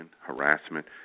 harassment